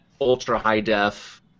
ultra-high-def